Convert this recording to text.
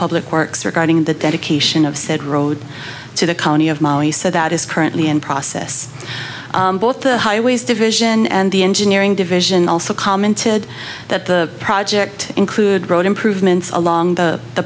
public works regarding the dedication of said road to the county of mali said that is currently in process both the highways division and the engineering division also commented that the project include road improvements along the